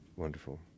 Wonderful